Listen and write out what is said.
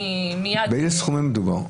באיזה סכומים מדובר?